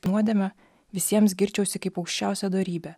nuodėme visiems girčiausi kaip aukščiausia dorybe